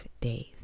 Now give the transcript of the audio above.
days